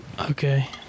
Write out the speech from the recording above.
Okay